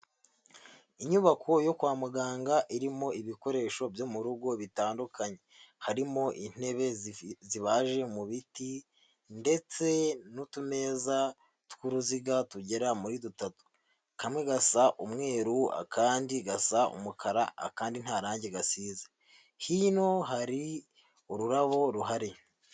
Inyubako yo kwa muganga irimo ibikoresho byo mu rugo bitandukanye, harimo intebe zibaje mu biti, ndetse n'utumeza tw'uruziga tugera muri dutatu, kamwe gasa umweru, akandi gasa umukara akandi ntarange gasizeho hino hari ururabo ruhari.